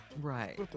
Right